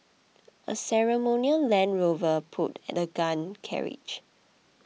a ceremonial Land Rover pulled the gun carriage